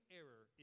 error